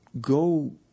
go